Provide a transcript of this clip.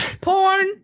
Porn